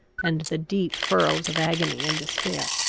and the deep furrows of agony and despair!